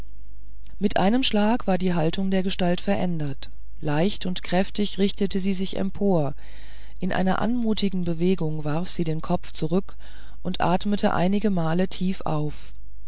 mit einem schlag war die haltung der gestalt verändert leicht und kräftig richtete sie sich empor in einer anmutigen bewegung warf sie den kopf zurück und atmete einige male tief auf